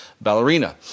ballerina